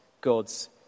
God's